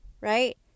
Right